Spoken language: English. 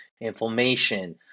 inflammation